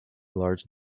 large